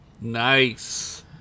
Nice